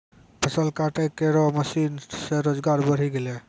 फसल काटै केरो मसीन सें रोजगार बढ़ी गेलै